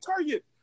target